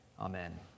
Amen